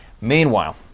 Meanwhile